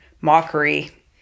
mockery